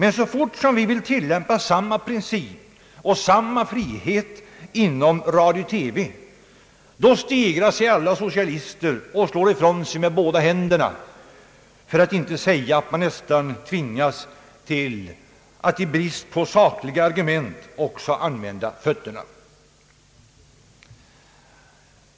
Så snart någon vill tillämpa samma princip och samma frihet på radiooch TV området, stegrar sig emellertid alla socialister och slår ifrån sig med båda händerna — för att inte säga att de i brist på sakliga argument nästan tvingas att också använda fötterna.